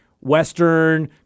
western